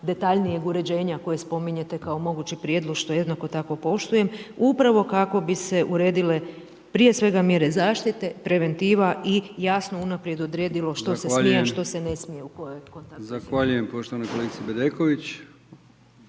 detaljnijeg uređenja koje spominjete kao mogući prijedlog što jednako tako poštujem upravo kako bi se uredile prije svega mjere zaštite, preventiva i jasno unaprijed odredilo što se smije a što se ne smije u kojoj kontaktnoj